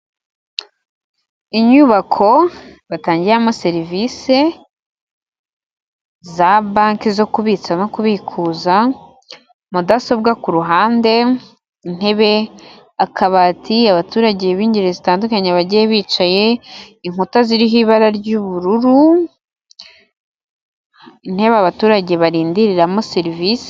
Inyubako batangiyemo serivisi za banki zo kubitsa no kubikuza mudasobwa ku ruhande intebe akabati abaturage b'ingeri zitandukanye bagiye bicaye, inkuta ziriho ibara ry'ubururu intebe abaturage barindiriramo serivisi.